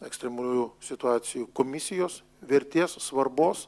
ekstremaliųjų situacijų komisijos vertės svarbos